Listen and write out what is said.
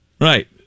right